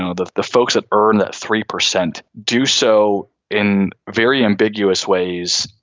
ah that the folks that earn that three percent do so in very ambiguous ways.